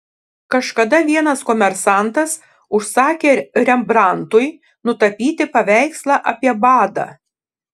kažkada vienas komersantas užsakė rembrandtui nutapyti paveikslą apie badą